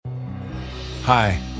hi